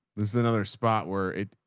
this is another spot where it,